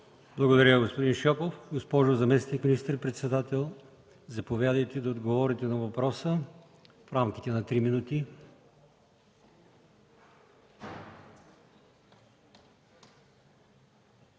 Благодаря, господин Шопов. Госпожо заместник министър-председател, заповядайте да отговорите на въпроса.